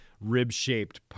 rib-shaped